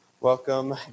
Welcome